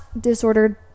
disordered